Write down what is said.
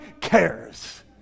cares